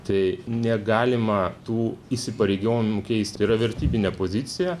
tai negalima tų įsipareigojimų keisti tai yra vertybinė pozicija